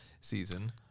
season